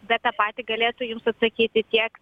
bet tą patį galėtų jums atsakyti tiek